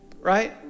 right